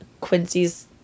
Quincy's